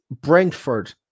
Brentford